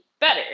better